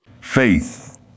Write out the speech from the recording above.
Faith